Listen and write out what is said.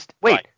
Wait